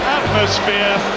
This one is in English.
atmosphere